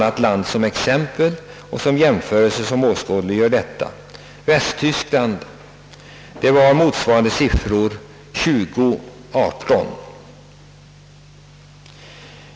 Jag tar ett enda land som jämförelse, nämligen Västtyskland. Där var motsvarande siffror 20 respektive 18 dollar.